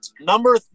Number